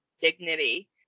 dignity